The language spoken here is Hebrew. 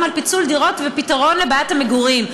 על פיצול דירות ופתרון לבעיית המגורים,